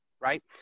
right